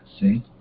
See